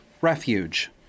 Refuge